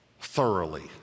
thoroughly